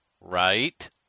right